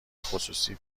خصوصی